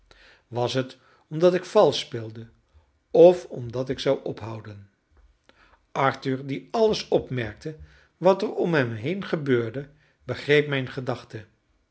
was het omdat ik valsch speelde of omdat ik zou ophouden arthur die alles opmerkte wat er om hem heen gebeurde begreep mijne gedachte